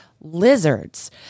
Lizards